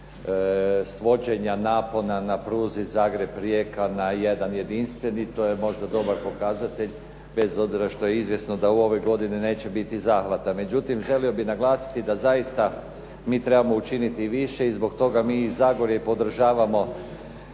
svođenja napona na pruzi Zagreb-Rijeka na jedan jedinstveni, to je možda dobar pokazatelj, bez obzira što je izvjesno da u ovoj godini neće biti zahvata. Međutim, želio bih naglasiti da zaista mi trebamo učiniti više i zbog toga mi iz Zagorja podržavamo